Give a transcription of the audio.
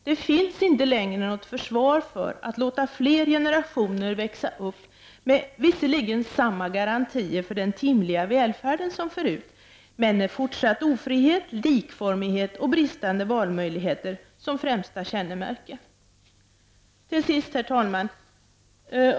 Det finns inte längre något försvar för att låta fler generationer växa upp med visserligen samma garantier för den timliga välfärden som förut men med fortsatt ofrihet, likformighet och bristande valmöjligheter som främsta kännemärke. Till sist, herr talman!